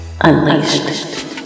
unleashed